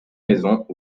maisons